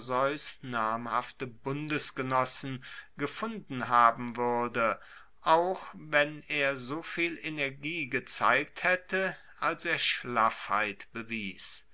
namhafte bundesgenossen gefunden haben wuerde auch wenn er soviel energie gezeigt haette als er schlaffheit bewies